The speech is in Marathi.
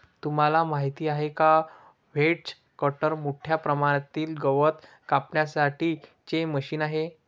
तुम्हाला माहिती आहे का? व्हेज कटर मोठ्या प्रमाणातील गवत कापण्यासाठी चे मशीन आहे